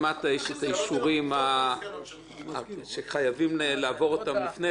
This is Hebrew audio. יש אישורים שחייבים לעבור אותם לפני כן,